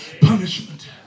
punishment